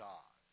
God